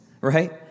right